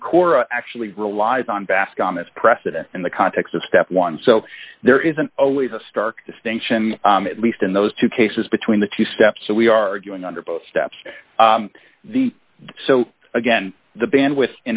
and cora actually relies on bascom as precedent in the context of step one so there isn't always a stark distinction at least in those two cases between the two step so we arguing under both steps the so again the band with